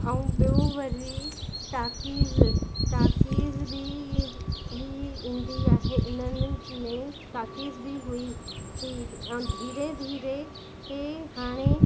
ऐं ॿियों वरी ताकीज़ ताकीज़ बि ही ईंदी आहे हिननि में ताकीज़ बि हुई ई ऐं धीरे धीरे इहे हाणे